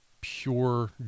pure